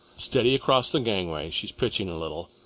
steady across the gangway she's pitching a little.